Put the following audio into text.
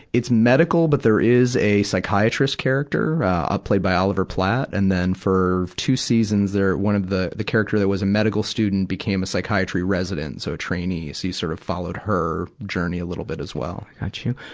it's medical, but there is a psychiatrist character, ah, played by oliver platt. and then, for two seasons there, one of the, the character that was a medical student became a psychiatry resident, so a trainee. so you sort of followed her journey a little bit as well. oh, i got you.